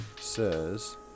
says